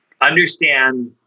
understand